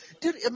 dude